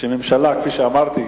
כפי שאמרתי,